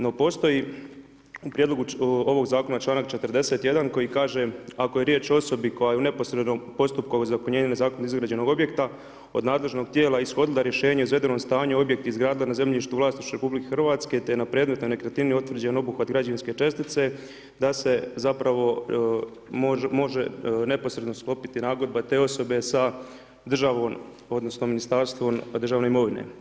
No postoji u prijedlogu ovog zakona članak 41. koji kaže „Ako je riječ o osobi koja je u neposrednom postupku ozakonjenja nezakonitog izgrađenog objekta od nadležnog tijela ishodila rješenje o izvedenom stanju objekt izgradila na zemljištu u vlasništvu RH te je na predmetnoj nekretnini utvrđen obuhvat građevinske čestice da se može neposredno sklopiti nagodba te osobe s državom odnosno Ministarstvom državne imovine“